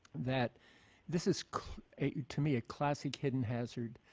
that this is to me a classic hidden hazard.